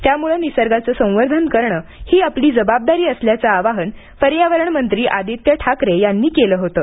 त्यामुळं निसर्गाचं संवर्धन करणं ही आपली जबाबदारी असल्याचं आवाहन पर्यावरण मंत्री आदित्य ठाकरे यांनी केलं होतं